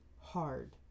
hard